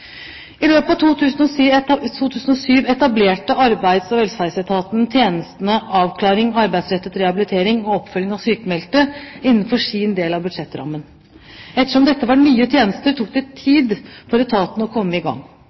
I løpet av 2007 etablerte Arbeids- og velferdsetaten tjenestene avklaring, arbeidsrettet rehabilitering og oppfølging for sykmeldte innenfor sin del av budsjettrammen. Ettersom dette var nye tjenester, tok det tid for etaten å komme i gang.